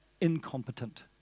incompetent